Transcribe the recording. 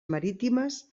marítimes